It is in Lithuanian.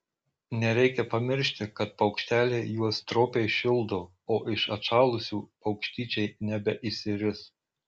nereikia pamiršti kad paukšteliai juos stropiai šildo o iš atšalusių paukštyčiai nebeišsiris